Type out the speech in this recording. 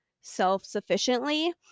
self-sufficiently